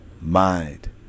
mind